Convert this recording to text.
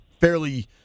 fairly